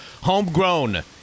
homegrown